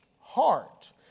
heart